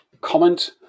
comment